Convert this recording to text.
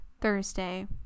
Thursday